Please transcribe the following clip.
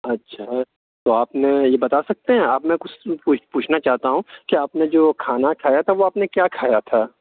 اچھا تو آپ نے یہ بتا سکتے ہیں آپ میں کچھ پوچھ پوچھنا چاہتا ہوں کہ آپ نے جو کھانا کھایا تھا وہ کیا کھایا تھا